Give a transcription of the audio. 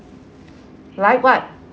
like what